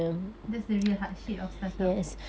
that's the real hardship of startup